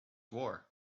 war